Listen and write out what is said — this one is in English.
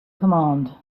command